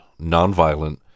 Nonviolent